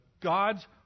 God's